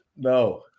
No